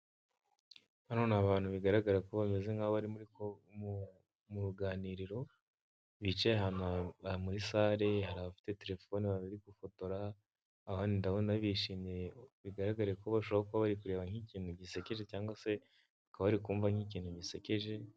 Bano n'abantu bigaragara ko bameze nk'aho bari mu ruganiriro, bicaye ahantu muri sale, hari abafite telefone bari gufotora, abandi ndabona bishimye bigaragare ko bashobora kuba bari kureba nk'ikintu gisekeje cyangwa se bakaba bari kumva nk'ikintu gisekeje.